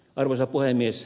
arvoisa puhemies